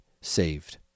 saved